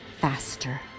faster